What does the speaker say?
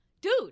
Dude